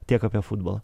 tiek apie futbolą